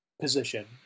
position